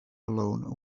alone